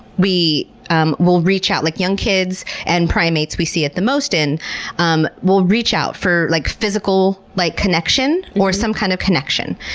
we um will reach out like young kids and primates we see it the most in um will reach out for like physical like connection or some kind of connection.